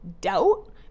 doubt